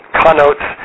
connotes